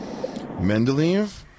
Mendeleev